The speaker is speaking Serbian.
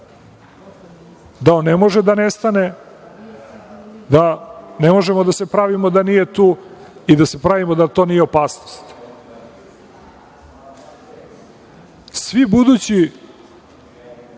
da on ne može da nestane, da ne možemo da se pravimo da nije tu i da se pravimo da to nije opasnost. Svi budući